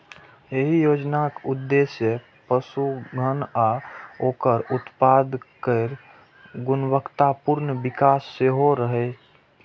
एहि योजनाक उद्देश्य पशुधन आ ओकर उत्पाद केर गुणवत्तापूर्ण विकास सेहो रहै